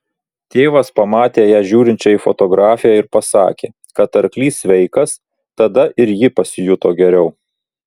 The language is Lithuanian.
tėvas pamatė ją žiūrinčią į fotografiją ir pasakė kad arklys sveikas tada ir ji pasijuto geriau